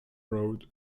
road